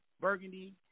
burgundy